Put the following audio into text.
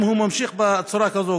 אם היא ממשיכה בצורה כזאת,